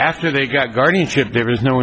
after they got guardianship there is no